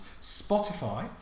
Spotify